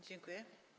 Dziękuję.